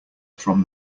from